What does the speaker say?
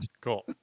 Cool